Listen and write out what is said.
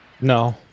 No